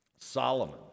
Solomon